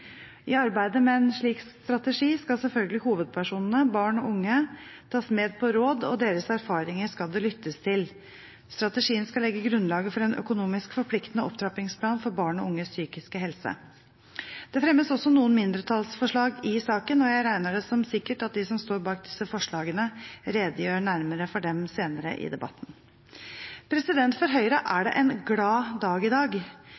I arbeidet med en slik strategi skal selvfølgelig hovedpersonene, barn og unge, tas med på råd, og deres erfaringer skal det lyttes til. Strategien skal legge grunnlaget for en økonomisk forpliktende opptrappingsplan for barn og unges psykiske helse. Det fremmes også noen mindretallsforslag i saken, og jeg regner det som sikkert at de som står bak disse forslagene, redegjør nærmere for dem senere i debatten. For Høyre er det en glad dag i dag.